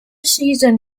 season